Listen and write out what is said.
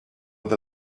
with